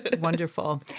Wonderful